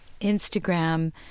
instagram